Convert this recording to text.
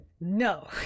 No